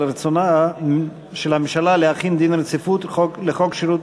רצונה של הממשלה להחיל דין רציפות על הצעת